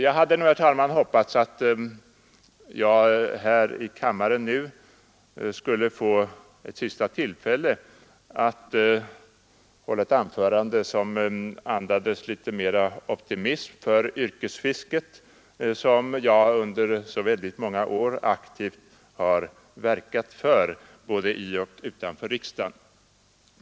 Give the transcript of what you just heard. Jag hade nog hoppats att jag i kammaren skulle få ett sista tillfälle att hålla ett anförande som andades litet mera optimism för yrkesfisket, som jag under så många år aktivt har verkat för både i och utanför riksdagen.